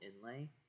inlay